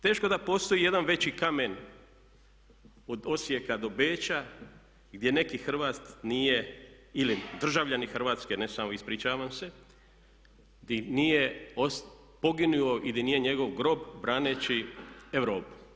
Teško je da postoji jedan veći kamen od Osijeka do Beča gdje neki Hrvat nije ili državljanin Hrvatske, ne samo, ispričavam se, nije poginuo ili nije njegov grob braneći Europu.